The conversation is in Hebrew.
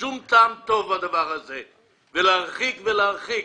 שום טעם טוב, ולהרחיק ולהרחיק.